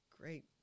Great